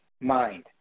Mind